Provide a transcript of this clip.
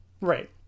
Right